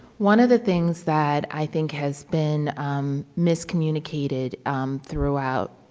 one of the things that i think has been miscommunicated um throughout